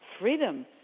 freedom